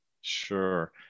Sure